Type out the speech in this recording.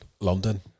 London